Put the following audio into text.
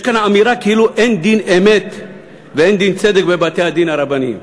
יש כאן אמירה כאילו אין דין אמת ואין דין צדק בבתי-הדין הרבניים.